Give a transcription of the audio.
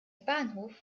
bahnhof